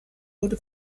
wurde